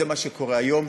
זה מה שקורה היום,